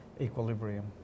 equilibrium